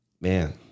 man